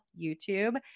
YouTube